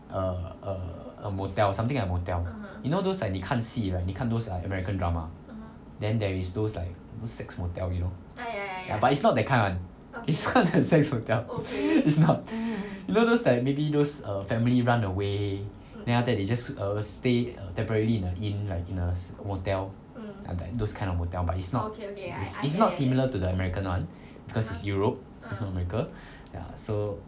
a a a motel or something like motel you know those like 你看戏啊你看 those like american drama then there is those like book sex motel you know ya but is not that kind [one] is not that sex motel is not you know those like maybe those err family run away then after that they just err stay temporarily in in like in a motel ya like those kind of motel but it's not it's not similar to the american [one] because is europe is not america ya so